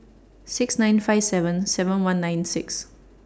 six nine five seven seven one nine six